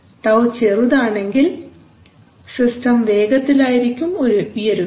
τ ചെറുതാണെങ്കിൽ സിസ്റ്റം വേഗത്തിലായിരിക്കും ഉയരുക